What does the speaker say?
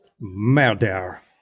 Murder